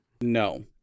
No